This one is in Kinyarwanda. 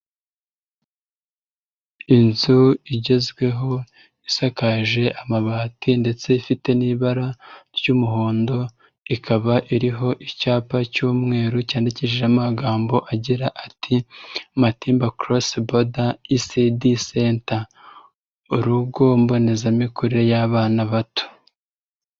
Inzu igezweho isakaje amabati ndetse ifite n'ibara ry'umuhondo ikaba iriho icyapa cy'umweru cyandikishijeho amagambo agira ati Matimba korose boda isidi senta urugo mbonezamikurire y'abana bato.